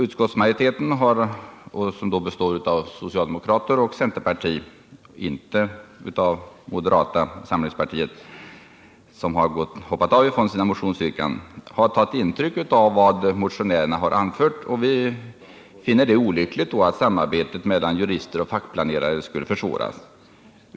Utskottsmajoriteten, bestående av socialdemokrater och centerpartister — inte av representanter för moderata samlingspartiet, som hoppat av från sina motionsyrkanden — har tagit intryck av vad motionärerna anfört. Vi har funnit det olyckligt att samarbetet mellan jurister och fackplanerare skulle försvåras.